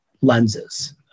lenses